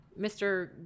Mr